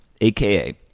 aka